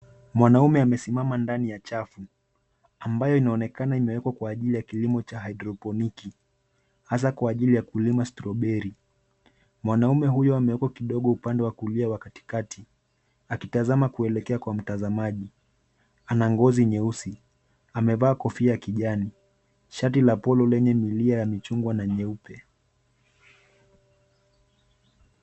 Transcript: Mwanaume amesimama ndani ya chafu, ambayo inaonekana imewekwa kwa ajili ya kilimo cha haidroponiki, hasa kwa ajili ya kulima strawberry . Mwanaume huyu amewekwa kidogo upande wa kulia wa katikati, akitazama kuelekea kwa mtazamaji. Ana ngozi nyeusi, amevaa kofia ya kijani, shati la polo lenye milia ya machungwa na nyeupe.